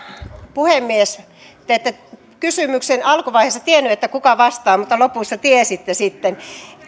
puhemies te ette kysymyksen alkuvaiheessa tiennyt kuka vastaa mutta lopussa tiesitte sitten